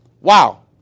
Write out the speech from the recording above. wow